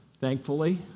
thankfully